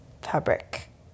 fabric